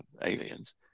aliens